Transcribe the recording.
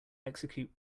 execute